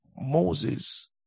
Moses